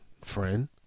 Friend